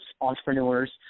entrepreneurs